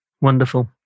Wonderful